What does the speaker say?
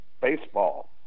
baseball